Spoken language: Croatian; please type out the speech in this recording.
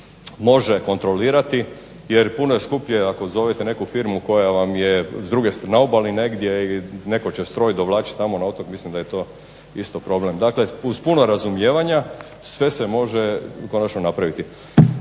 može kontrolirati jer puno je skuplje ako zovete neku firmu koja vam je na obali negdje i netko će stroj dovlačiti tamo na otok, mislim da je to isto problem. Dakle uz puno razumijevanja sve se može konačno napraviti.